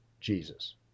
Jesus